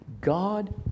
God